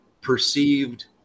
perceived